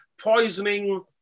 poisoning